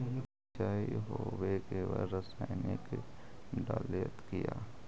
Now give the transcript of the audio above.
सीचाई हो बे के बाद रसायनिक डालयत किया?